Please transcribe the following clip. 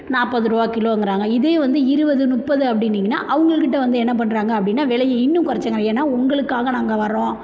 நாற்பதுரூவா கிலோங்கிறாங்க இதே வந்து இருபது முப்பது அப்படின்னீங்கன்னா அவங்கள்கிட்ட வந்து என்ன பண்ணுறாங்க அப்படின்னா விலைய இன்னும் கொறைச்சிறாங்க ஏன்னா உங்களுக்காக நாங்கள் வரோம்